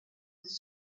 its